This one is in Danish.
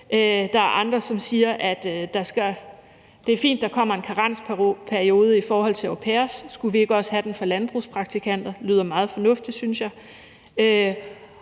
Der er andre, som siger, at det er fint, at der kommer en karensperiode i forhold til au pairer; skulle vi ikke også have den for landbrugspraktikanter? Det lyder meget fornuftigt, synes jeg.